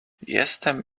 jestem